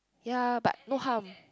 ya but no harm